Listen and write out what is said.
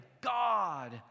God